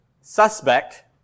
suspect